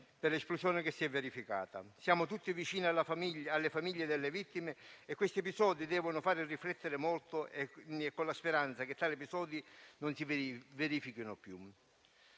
per l'esplosione che si è verificata. Siamo tutti vicini alle famiglie delle vittime e questi episodi devono fare riflettere molto, con la speranza che non si verifichino più.